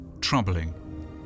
troubling